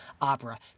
Opera